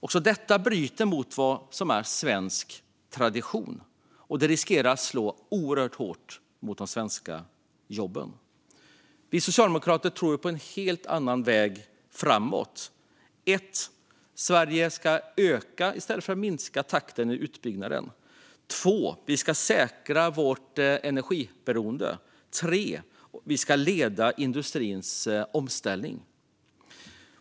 Också det bryter mot svensk tradition och riskerar att slå oerhört hårt mot de svenska jobben. Vi socialdemokrater tror på en helt annan väg framåt. För det första ska Sverige öka i stället för att minska takten i utbyggnaden. För det andra ska vi säkra vårt energioberoende. För det tredje ska Sverige leda industrins omställning.